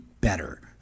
better